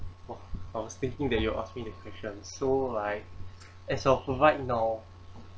!wow! I was thinking that you ask me the question so like as of the right now